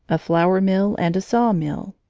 a flour-mill and a sawmill.